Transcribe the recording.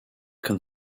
can